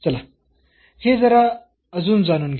चला हे जरा अजून जाणून घेऊ